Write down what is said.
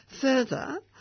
Further